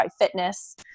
Fitness